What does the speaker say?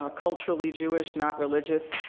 ah culturally jewish, not religious.